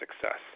success